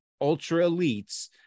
ultra-elites